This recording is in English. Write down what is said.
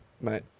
mate